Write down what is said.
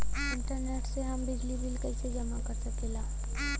Internet से हम बिजली बिल कइसे जमा कर सकी ला?